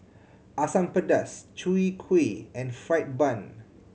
Asam Pedas Chwee Kueh and fried bun